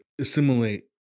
assimilate